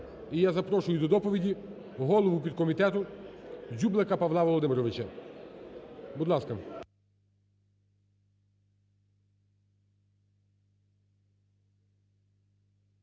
І я запрошую до доповіді голову підкомітету Дзюблика Павла Володимировича, будь ласка.